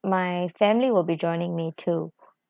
my family will be joining me to